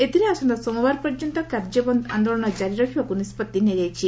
ଏଥିରେ ଆସନ୍ତା ସୋମବାର ପର୍ଯ୍ୟନ୍ତ କାର୍ଯ୍ୟବନ୍ଦ ଆନ୍ଦୋଳନ ଜାରି ରହିବାକୁ ନିଷ୍ବତ୍ତି ନିଆଯାଇଛି